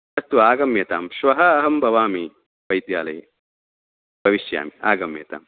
अस्तु आगम्यतां श्वः अहं भवामि वैद्यालये भविष्यामि आगम्यताम्